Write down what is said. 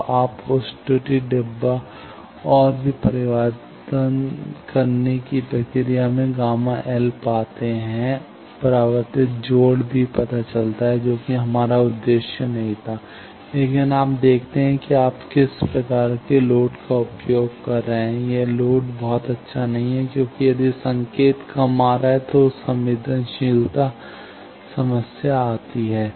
तो आप उन त्रुटि डब्बा और भी परावर्तित की प्रक्रिया में Γ L पाते हैं परावर्तित जोड़ भी पता चलता है जो कि हमारा उद्देश्य नहीं था लेकिन आप देखते हैं कि आप किस प्रकार के लोड का उपयोग कर रहे हैं यह लोड बहुत अच्छा नहीं है क्योंकि यदि संकेत कम आ रहा है तो संवेदनशीलता समस्याएं आती हैं